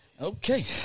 Okay